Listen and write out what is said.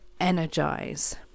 energize